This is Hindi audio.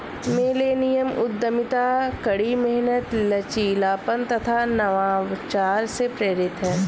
मिलेनियम उद्यमिता कड़ी मेहनत, लचीलापन तथा नवाचार से प्रेरित है